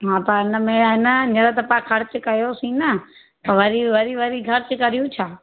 हा पर हिन में आहे न हींअर त पाण खर्च कयोसीं न त वरी वरी खर्च कयूं छा